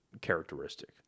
characteristic